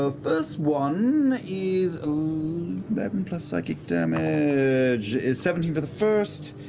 ah first one is eleven, plus psychic damage is seventeen for the first,